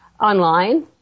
Online